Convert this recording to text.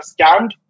scammed